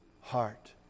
heart